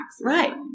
Right